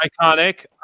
iconic